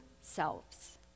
selves